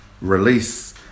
release